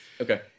Okay